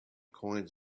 coins